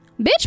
Bitch